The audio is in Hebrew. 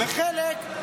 וחלק,